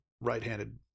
right-handed